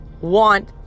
want